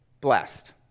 blessed